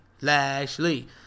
Lashley